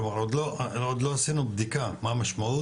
כלומר עוד לא עשינו בדיקה מה המשמעות,